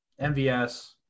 MVS